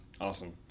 Awesome